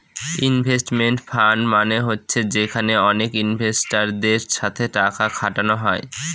investment fund মানে হচ্ছে যেখানে অনেক ইনভেস্টারদের সাথে টাকা খাটানো হয়